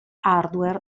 hardware